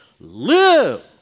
live